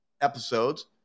episodes